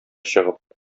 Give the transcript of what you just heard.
чыгып